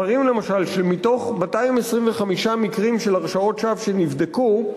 מראים למשל שמתוך 225 מקרים של הרשעות שווא שנבדקו,